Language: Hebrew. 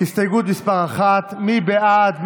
הסתייגות 1. מי בעד?